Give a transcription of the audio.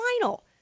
final